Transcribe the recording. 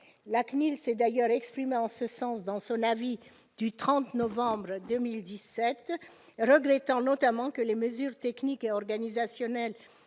La CNIL s'est d'ailleurs exprimée en ce sens dans sa délibération du 30 novembre 2017, regrettant notamment que les mesures techniques et organisationnelles